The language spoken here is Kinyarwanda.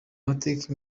mateka